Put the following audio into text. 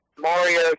Mario